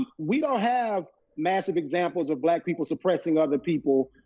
um we don't have massive examples of black people suppressing other people,